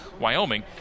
Wyoming